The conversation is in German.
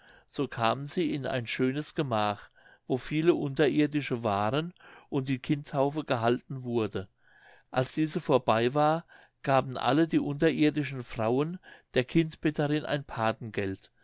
so kamen sie in ein schönes gemach wo viele unterirdische waren und die kindtaufe gehalten wurde als diese vorbei war gaben alle die unterirdischen frauen der kindbetterin ein